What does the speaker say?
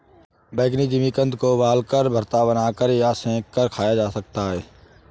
बैंगनी जिमीकंद को उबालकर, भरता बनाकर या सेंक कर खाया जा सकता है